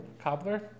Cobbler